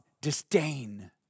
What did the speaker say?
disdain